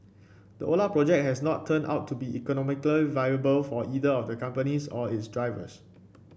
the Ola project has not turned out to be economically viable for either of the company or its drivers